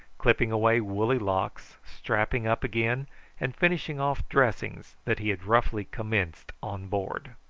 clipping away woolly locks, strapping up again and finishing off dressings that he had roughly commenced on board.